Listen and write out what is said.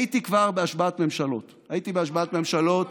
הייתי כבר בהשבעת ממשלות, הייתי בהשבעת ממשלות